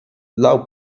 low